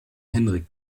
henrik